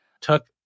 took